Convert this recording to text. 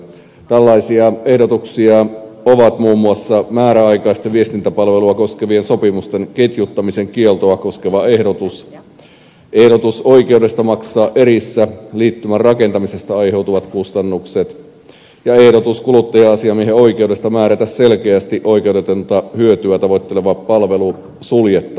tällaisia ehdotuksia ovat muun muassa määräaikaisten viestintäpalveluja koskevien sopimusten ketjuttamisen kieltoa koskeva ehdotus ehdotus oikeudesta maksaa erissä liittymän rakentamisesta aiheutuvat kustannukset ja ehdotus kuluttaja asiamiehen oikeudesta määrätä selkeästi oikeudetonta hyötyä tavoitteleva palvelu suljettavaksi